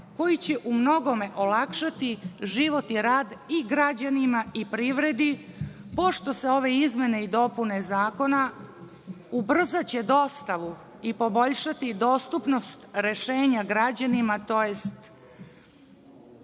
koji će u mnogome olakšati život i rad i građanima i privredi, pošto će ove izmene i dopune Zakona ubrzati dostavu i poboljšati dostupnost rešenja građanima, tj.